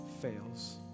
fails